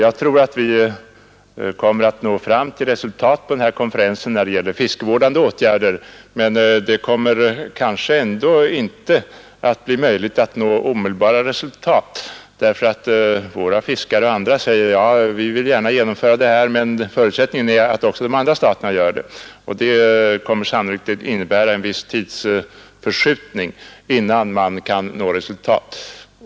På den nämnda konferensen kommer vi kanske att träffa överenskommelser om fiskevårdande åtgärder, men förmodligen blir det ändå inte något omedelbart praktiskt resultat, därför att fiskarna i de olika länderna väl kommer att säga: Vi vill gärna genomföra detta, men förutsättningen är att också de andra staterna blir med. Sannolikt kommer det därför att dröja en viss tid, innan vi kan nå några resultat.